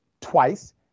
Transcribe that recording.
twice